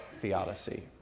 theodicy